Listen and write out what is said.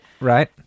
right